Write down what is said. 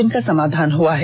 उनका समाधान हुआ है